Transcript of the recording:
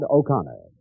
O'Connor